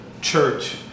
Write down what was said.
church